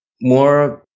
more